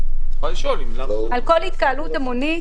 על כל התקהלות המונית.